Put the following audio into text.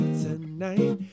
tonight